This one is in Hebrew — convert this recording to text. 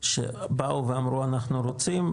שבאו ואמרו: אנחנו רוצים,